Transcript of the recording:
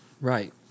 Right